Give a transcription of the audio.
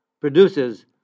produces